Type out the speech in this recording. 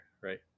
right